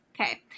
Okay